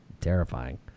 terrifying